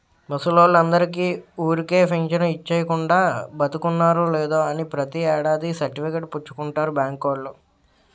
ముసలోల్లందరికీ ఊరికే పెంచను ఇచ్చీకుండా, బతికున్నారో లేదో అని ప్రతి ఏడాది సర్టిఫికేట్ పుచ్చుకుంటారు బాంకోల్లు